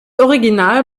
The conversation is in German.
original